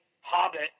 Hobbit